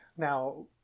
Now